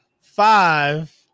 five